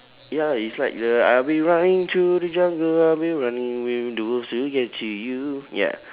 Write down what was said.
ya it's like the I'll be running through the jungle I'll be running with the wolves to get to you ya